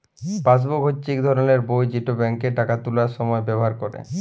passbook হচ্যে ইক ধরলের বই যেট ব্যাংকে টাকা তুলার সময় ব্যাভার ক্যরে